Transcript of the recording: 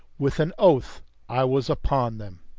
with an oath i was upon them.